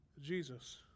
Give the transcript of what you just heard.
Jesus